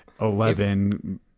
Eleven